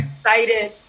excited